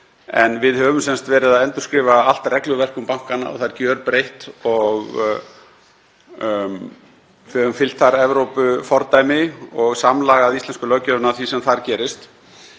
En við höfum verið að endurskrifa allt regluverk um bankana og það er gjörbreytt. Við höfum þar fylgt Evrópufordæmi og samlagað íslensku löggjöfina að því sem þar gerist.